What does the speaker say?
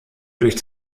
durch